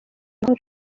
amahoro